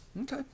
okay